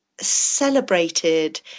celebrated